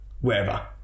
wherever